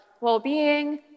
well-being